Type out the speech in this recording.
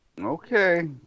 Okay